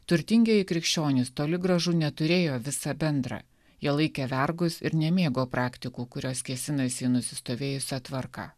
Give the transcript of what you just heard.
turtingieji krikščionys toli gražu neturėjo visa bendra jie laikė vergus ir nemėgo praktikų kurios kėsinasi į nusistovėjusią tvarką